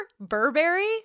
Burberry